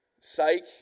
Psych